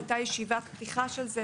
הייתה ישיבת פתיחה של זה,